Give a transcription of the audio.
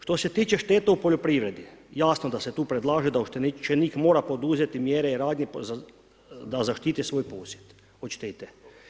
Što se tiče šteta u poljoprivredi, jasno da se tu predlaže da oštećenik mora poduzeti mjere i radnje da zaštiti svoj posjed od štete.